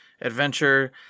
adventure